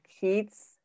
kids